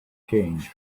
change